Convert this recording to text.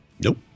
Nope